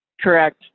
Correct